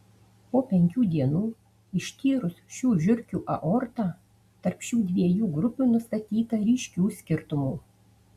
po penkių dienų ištyrus šių žiurkių aortą tarp šių dviejų grupių nustatyta ryškių skirtumų